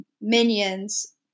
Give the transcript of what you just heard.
Minions